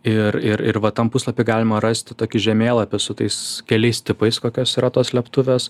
ir ir ir va tam puslapy galima rasti tokį žemėlapį su tais keliais tipais kokios yra tos slėptuvės